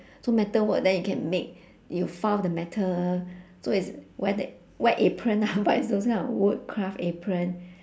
so metal work then you can make you found the metal so is wear tha~ wear apron lah but is those kind of wood craft apron